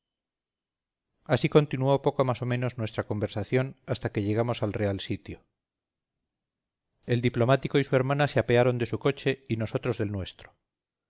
así continuó poco más o menos nuestra conversación hasta que llegamos al real sitio el diplomático y su hermana se apearon de su coche y nosotros del nuestro